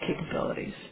capabilities